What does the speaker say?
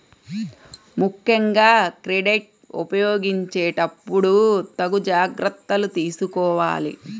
ముక్కెంగా క్రెడిట్ ఉపయోగించేటప్పుడు తగు జాగర్తలు తీసుకోవాలి